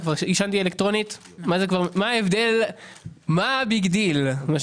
כבר עישן אלקטרונית ולכן מה ה-ביג דיל.